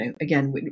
again